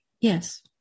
Yes